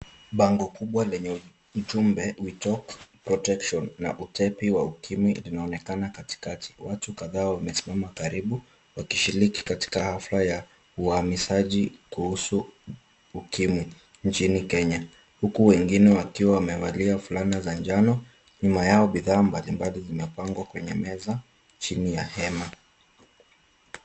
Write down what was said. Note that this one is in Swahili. Bango kubwa lenye ujumbe, we talk protection na utepe wa ukimwi linaonekana katikati. Watu kadhaa wamesimama karibu wakishiriki katika hafla ya uhamasishaji kuhusu ukimwi nchini Kenya huku wengine wakiwa wamevalia fulana za njano, nyuma yao bidhaa mbalimbali zimepangwa kwenye meza chini ya hema.